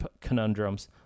conundrums